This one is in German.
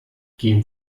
gehen